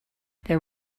there